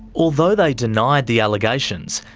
although they denied the allegations,